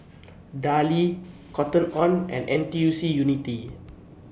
Darlie Cotton on and N T U C Unity